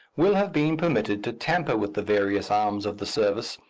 will have been permitted to tamper with the various arms of the service,